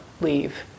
leave